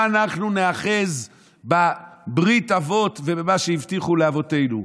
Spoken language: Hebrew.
אנחנו ניאחז בברית אבות ובמה שהבטיחו לאבותינו.